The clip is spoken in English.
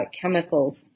chemicals